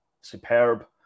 superb